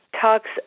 talks